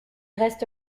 reste